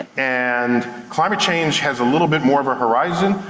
and climate change has a little bit more of a horizon,